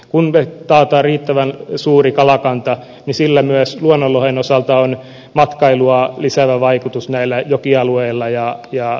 kun taataan riittävän suuri kalakanta niin sillä myös luonnonlohen osalta on matkailua lisäävä vaikutus näillä jokialueilla